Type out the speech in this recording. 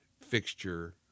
fixture